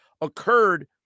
occurred